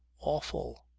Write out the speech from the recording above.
awful.